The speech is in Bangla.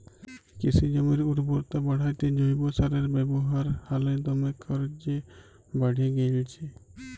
কিসি জমির উরবরতা বাঢ়াত্যে জৈব সারের ব্যাবহার হালে দমে কর্যে বাঢ়্যে গেইলছে